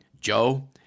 Joe